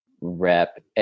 rep